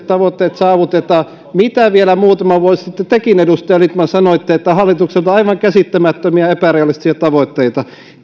tavoitteet saavutetaan mistä vielä muutama vuosi sitten tekin edustaja lindtman sanoitte että ne ovat hallitukselta aivan käsittämättömiä ja epärealistisia tavoitteita